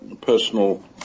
personal